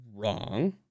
wrong